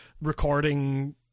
recording